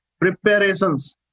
preparations